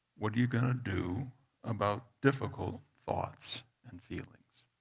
what are you going to do about difficult thoughts and feelings?